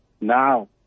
now